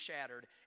shattered